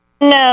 No